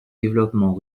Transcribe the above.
développement